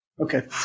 Okay